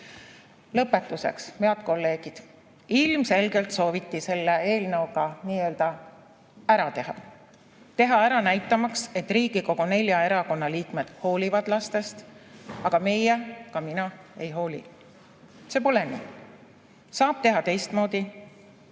Lõpetuseks, head kolleegid, ilmselgelt sooviti selle eelnõuga nii-öelda ära teha – teha ära näitamaks, et Riigikogu nelja erakonna liikmed hoolivad lastest, aga meie, ka mina, ei hooli. See pole nii. Saab teha teistmoodi,